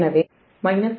எனவே 0